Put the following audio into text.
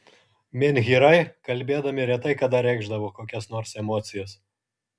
menhyrai kalbėdami retai kada reikšdavo kokias nors emocijas